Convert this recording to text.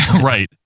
right